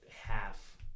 half